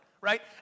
right